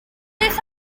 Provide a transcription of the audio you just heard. beth